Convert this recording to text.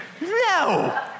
No